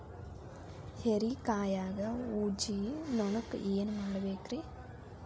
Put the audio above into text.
ಹೇರಿಕಾಯಾಗ ಊಜಿ ನೋಣಕ್ಕ ಏನ್ ಮಾಡಬೇಕ್ರೇ?